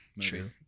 True